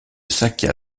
sakya